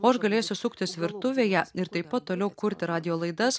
o aš galėsiu suktis virtuvėje ir taip pat toliau kurti radijo laidas